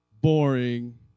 Boring